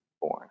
born